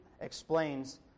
explains